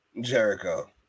Jericho